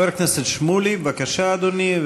חבר הכנסת שמולי, בבקשה, אדוני.